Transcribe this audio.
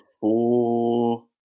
four